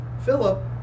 Philip